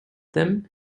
them